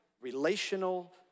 relational